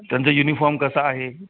त्यांचा युनिफॉम कसा आहे